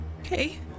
Okay